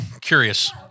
curious